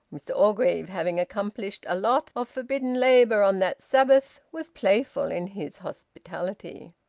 mr orgreave, having accomplished a lot of forbidden labour on that sabbath, was playful in his hospitality.